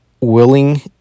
willing